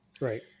Right